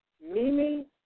Mimi